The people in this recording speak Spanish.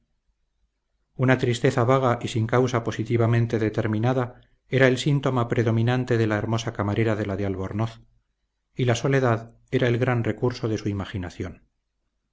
una tristeza vaga y sin causa positivamente determinada era el síntoma predominante de la hermosa camarera de la de albornoz y la soledad era el gran recurso de su imaginación